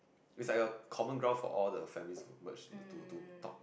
it's like a common ground for all the family to merge to to talk